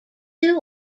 two